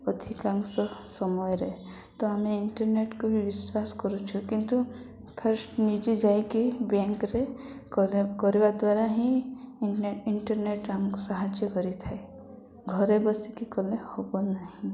ଅଧିକାଂଶ ସମୟରେ ତ ଆମେ ଇଣ୍ଟରନେଟକୁ ବି ବିଶ୍ୱାସ କରୁଛୁ କିନ୍ତୁ ଫାଷ୍ଟ ନିଜେ ଯାଇକି ବ୍ୟାଙ୍କରେ କରିବା ଦ୍ୱାରା ହିଁ ଇଣ୍ଟରନେଟ ଆମକୁ ସାହାଯ୍ୟ କରିଥାଏ ଘରେ ବସିକି କଲେ ହବ ନାହିଁ